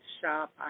shop